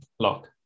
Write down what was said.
Lock